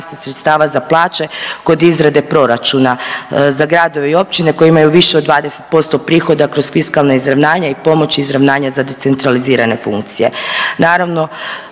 sredstava za plaće kod izrade proračuna za gradove i općine koji imaju više od 20% prihoda kroz fiskalna izravnanja i pomoć izravnanja za decentralizirane funkcije.